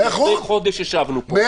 כי לפני חודש ישבנו פה,